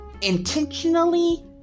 intentionally